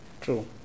True